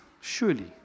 surely